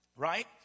Right